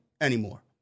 anymore